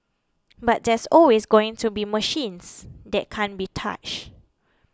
but there's always going to be machines that can't be touched